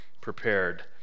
prepared